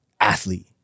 athlete